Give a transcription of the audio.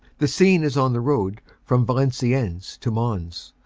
the scene is on the road from valenciennes to mons,